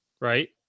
right